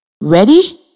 Ready